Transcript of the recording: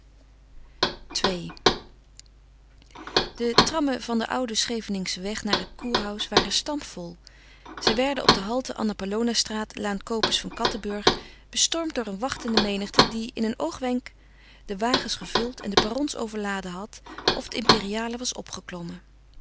ii de trammen van den ouden scheveningschen weg naar het kurhaus waren stampvol zij werden op de halte anna paulownastraat laan copes van cattenburg bestormd door een wachtende menigte die in een oogwenk de wagens gevuld en de perrons overladen had of de imperiale was opgeklommen